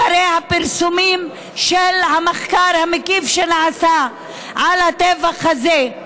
אחרי הפרסומים של המחקר המקיף שנעשה על הטבח הזה,